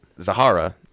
Zahara